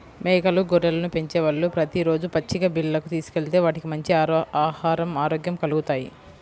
మేకలు, గొర్రెలను పెంచేవాళ్ళు ప్రతి రోజూ పచ్చిక బీల్లకు తీసుకెళ్తే వాటికి మంచి ఆహరం, ఆరోగ్యం కల్గుతాయి